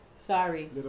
Sorry